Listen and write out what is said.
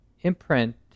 imprint